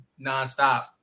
nonstop